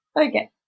Okay